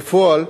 בפועל,